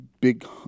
big